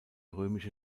römische